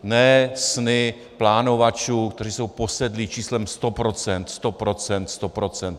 Ne sny plánovačů, kteří jsou posedlí číslem 100 %, 100 %, 100 %.